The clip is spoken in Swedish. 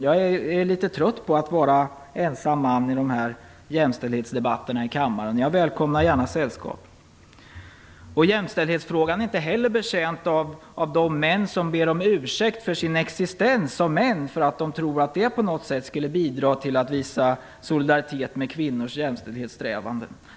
Jag är litet trött på att vara ensam man i jämställdhetsdebatterna i kammaren. Jag välkomnar gärna sällskap. Jämställdhetsfrågan är inte heller betjänt av de män som ber om ursäkt för sin existens som män, för att de tror att det på något sätt skulle bidra till att visa solidaritet med kvinnors jämställdhetssträvanden.